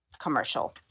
commercial